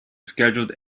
scheduled